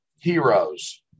Heroes